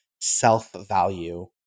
self-value